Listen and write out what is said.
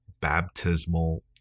baptismal